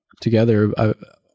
together